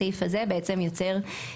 הסעיף הזה בעצם יוצר,